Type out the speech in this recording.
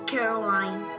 Caroline